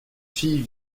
filles